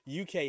UK